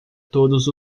todos